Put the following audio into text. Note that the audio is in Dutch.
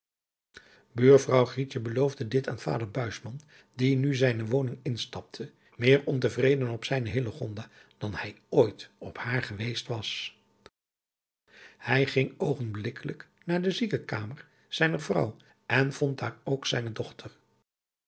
grietje beloofde dit aan vader buisman die nu zijne woning instapte meer ontevreden op zijne hillegonda dan hij ooit op haar geweest was hij ging oogenblikkelijk naar de ziekekamer zijner vrouw en vond daar ook zijne dochter